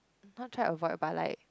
not try avoid but like